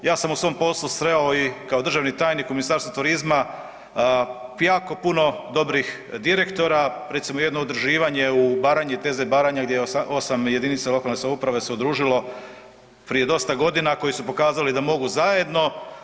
Ja sam u svom poslu sreo i kao državni tajnik u Ministarstvu turizma jako puno dobrih direktora, recimo jedno udruživanje u Baranji, TZ Baranja gdje je 8 jedinica lokalne samouprave se udružilo prije dosta godina, koji su pokazali da mogu zajedno.